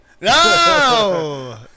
No